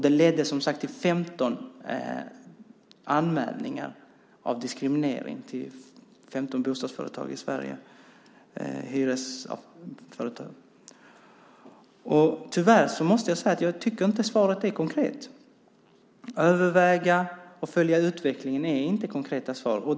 Detta ledde som sagt till att 15 bostadsföretag i Sverige fick anmälningar om diskriminering. Tyvärr måste jag säga att jag inte tycker att svaret är konkret. Att tala om att "överväga" och "följa utvecklingen" är inte ett konkret svar.